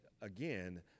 again